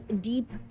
deep